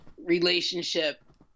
relationship